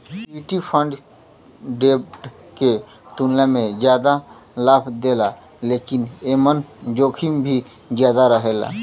equity fund डेब्ट के तुलना में जादा लाभ देला लेकिन एमन जोखिम भी ज्यादा रहेला